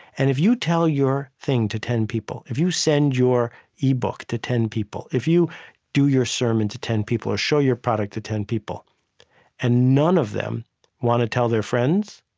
and if you tell your thing to ten people, if you send your e-book to ten people, if you do your sermon to ten people, or show your product to ten people and none of them want to tell their friends,